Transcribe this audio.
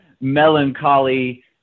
melancholy